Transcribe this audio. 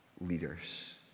leaders